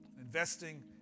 investing